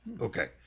Okay